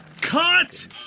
Cut